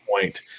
point